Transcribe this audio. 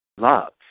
love